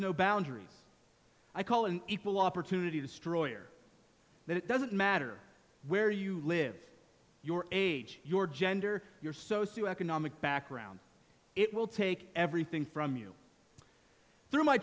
knows no boundaries i call an equal opportunity destroyer that it doesn't matter where you live your age your gender your socioeconomic background it will take everything from you through my